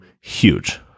huge